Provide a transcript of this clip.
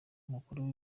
umukuru